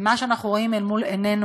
ומה שאנחנו רואים אל מול עינינו,